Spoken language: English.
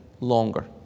longer